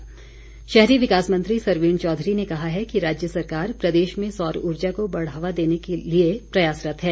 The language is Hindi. सरवीण शहरी विकास मंत्री सरवीण चौधरी ने कहा है कि राज्य सरकार प्रदेश में सौर ऊर्जा को बढ़ावा देने के लिए प्रयासरत है